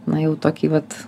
na jau tokį vat